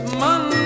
man